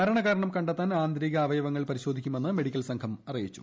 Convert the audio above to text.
മരണകാരണം കണ്ടെത്താൻ ആന്തരിക അവയവങ്ങൾ പരിശോധിക്കുമെന്ന് മെഡിക്കൽ സംഘം അറിയിച്ചു